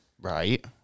Right